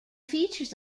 features